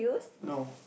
no